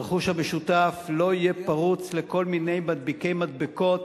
הרכוש המשותף לא יהיה פרוץ לכל מיני מדביקי מדבקות,